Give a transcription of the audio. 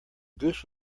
goose